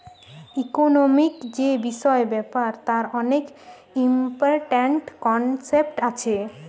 economic যে বিষয় ব্যাপার তার অনেক ইম্পরট্যান্ট কনসেপ্ট আছে